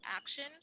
action